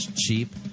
cheap